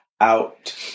out